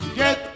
get